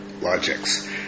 logics